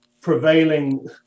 prevailing